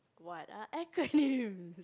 what are acronym